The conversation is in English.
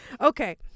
Okay